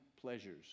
pleasures